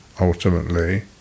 ultimately